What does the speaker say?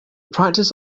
practice